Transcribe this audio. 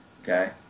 okay